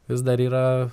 vis dar yra